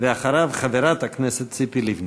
אחריו, חברת הכנסת ציפי לבני.